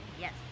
Yes